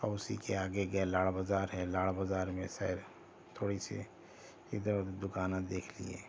اور اسی کے آگے گیلاڈ بازار ہے لاڈبازار میں سیر تھوڑی سی اِدھر اُدھر دکانیں دیکھ لئے